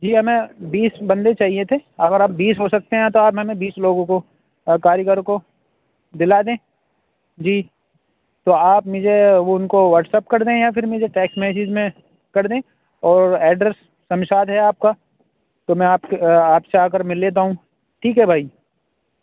جی ہمیں بیس بندے چاہئیں تھے اگر آپ بیس ہو سکتے ہیں تو آپ ہمیں بیس لوگوں کو اور کاریگر کو دِلا دیں جی تو آپ مجھے اُن کو واٹس ایپ کر دیں یا پھر مجھے ٹیکسٹ میسج میں کر دیں اور ایڈریس شمشاد ہے آپ کا تو میں آپ سے آ کر مل لیتا ہوں ٹھیک ہے بھائی